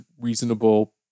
reasonable